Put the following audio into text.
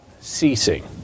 ceasing